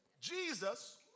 Jesus